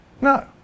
No